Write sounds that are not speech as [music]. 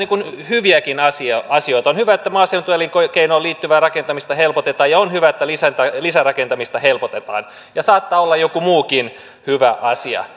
hyviäkin asioita on hyvä että maaseutuelinkeinoon liittyvää rakentamista helpotetaan ja on hyvä että lisärakentamista helpotetaan ja saattaa olla joku muukin hyvä asia [unintelligible]